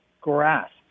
grasp